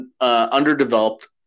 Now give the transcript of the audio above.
underdeveloped